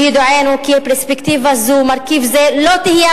ביודענו כי פרספקטיבה זו ומרכיב זה לא יהיו